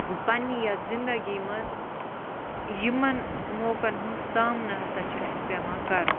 پَنٛنہِ یَتھ زِندگی مَنٛز یِمَن موقعن ہُنٛد سامنہٕ ہَسا چھِ اَسہِ پٮ۪وان کَرُن